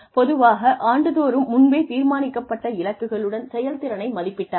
பொதுவாக ஆண்டுதோறும் முன்பே தீர்மானிக்கப்பட்ட இலக்குகளுடன் செயல்திறனை மதிப்பிட்டார்கள்